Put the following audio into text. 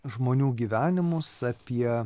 žmonių gyvenimus apie